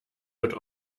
wird